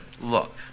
look